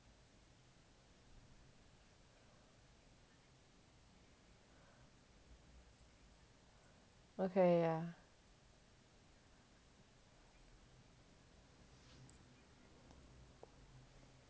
okay yeah